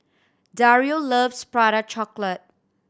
Dario loves Prata Chocolate